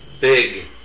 big